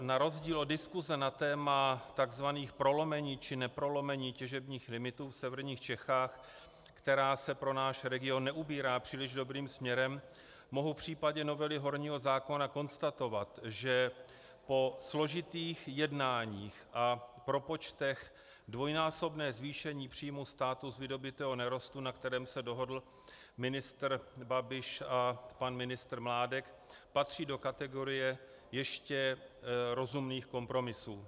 Na rozdíl od diskuse na téma tzv. prolomení či neprolomení těžebních limitů v severních Čechách, která se pro náš region neubírá příliš dobrým směrem, mohu v případě novely horního zákona konstatovat, že po složitých jednáních a propočtech dvojnásobné zvýšení příjmu státu z vydobytého nerostu, na kterém se dohodl ministr Babiš a pan ministr Mládek, patří do kategorie ještě rozumných kompromisů.